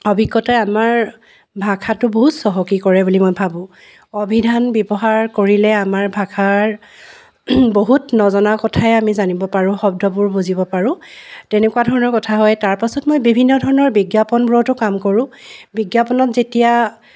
অভিজ্ঞতাই আমাৰ ভাষাটো বহুত চহকী কৰে বুলি মই ভাবোঁ অভিধান ব্যৱহাৰ কৰিলে আমাৰ অসমীয়া ভাষাৰ বহুত নজনা কথাই আমি জানিব পাৰোঁ শব্দবোৰ বুজিব পাৰোঁ তেনেকুৱা ধৰণৰ কথা হয় তাৰপাছত মই বিভিন্ন ধৰণৰ বিজ্ঞাপনবোৰতো মই কাম কৰোঁ বিজ্ঞাপনত যেতিয়া